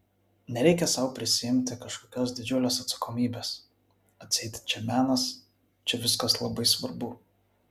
nereikia sau prisiimti kažkokios didžiulės atsakomybės atseit čia menas čia viskas labai svarbu